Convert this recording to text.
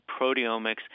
proteomics